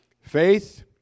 Faith